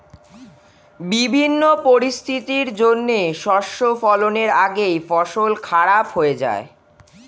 বিভিন্ন পরিস্থিতির জন্যে শস্য ফলনের আগেই ফসল খারাপ হয়ে যায়